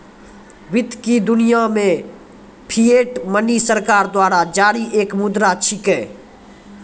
वित्त की दुनिया मे फिएट मनी सरकार द्वारा जारी एक मुद्रा छिकै